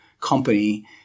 company